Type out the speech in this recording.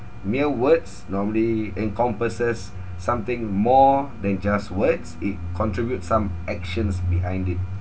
mere words normally encompasses something more than just words it contribute some actions behind it